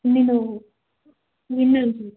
నేను